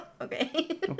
okay